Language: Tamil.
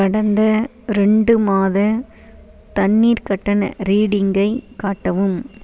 கடந்த ரெண்டு மாத தண்ணீர் கட்டண ரீடிங்கை காட்டவும்